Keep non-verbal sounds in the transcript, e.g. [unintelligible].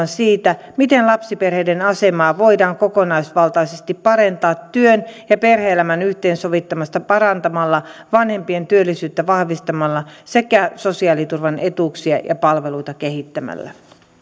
[unintelligible] siitä miten lapsiperheiden asemaa voidaan kokonaisvaltaisesti parantaa työn ja perhe elämän yhteensovittamista parantamalla vanhempien työllisyyttä vahvistamalla sekä sosiaaliturvan etuuksia ja palveluita kehittämällä